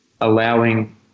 allowing